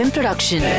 Production